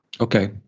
Okay